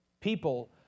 people